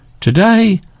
Today